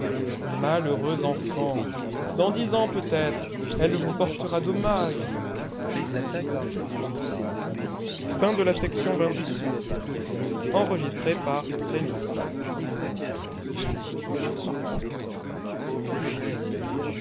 malheureux enfant dans dix ans peut-être elle vous portera dommage